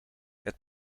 het